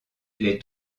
les